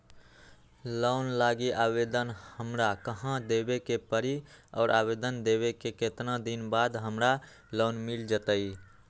Loan लागी आवेदन हमरा कहां देवे के पड़ी और आवेदन देवे के केतना दिन बाद हमरा लोन मिल जतई?